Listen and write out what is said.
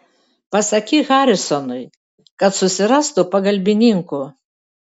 pasakyk harisonui kad susirastų pagalbininkų